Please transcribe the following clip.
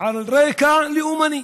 על רקע לאומני,